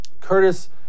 Curtis